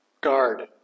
guard